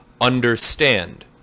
Understand